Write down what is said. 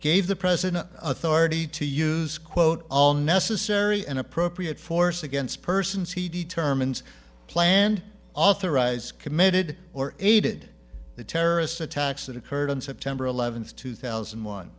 gave the president authority to use quote all necessary and appropriate force against persons he determines planned authorize committed or aided the terrorist attacks that occurred on september eleventh two thousand